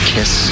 Kiss